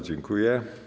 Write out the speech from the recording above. Dziękuję.